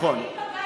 נו באמת.